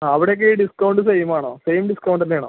ആ അവിടേക്ക് discount same ആണോ സെയിം ഡിസ്കൗണ്ട് തന്നെ ആണോ